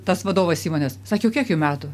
tas vadovas įmonės sakė o kiek jum metų